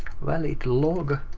valid log.